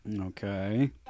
Okay